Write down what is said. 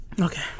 Okay